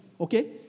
okay